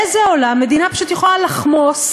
באיזה עולם מדינה פשוט יכולה לחמוס,